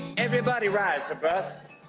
everybody rides the bus.